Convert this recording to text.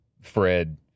Fred